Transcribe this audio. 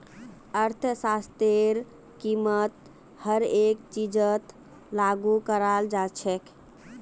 अर्थशास्त्रतेर कीमत हर एक चीजत लागू कराल जा छेक